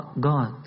God